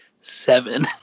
Seven